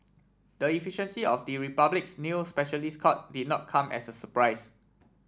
the efficiency of the Republic's new specialist court did not come as a surprise